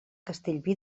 castellví